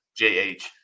JH